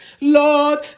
Lord